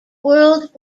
world